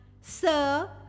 Sir